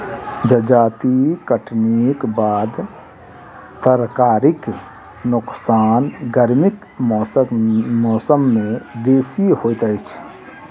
जजाति कटनीक बाद तरकारीक नोकसान गर्मीक मौसम मे बेसी होइत अछि